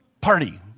Party